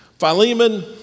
Philemon